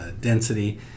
density